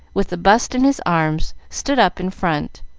with the bust in his arms, stood up in front,